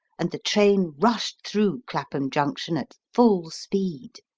and the train rushed through clappum junction at full speed.